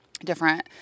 different